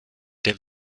der